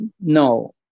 No